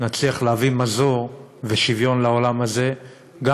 נצליח להביא מזור ושוויון לעולם הזה גם